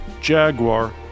Jaguar